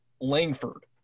Langford